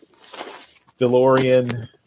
DeLorean